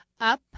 up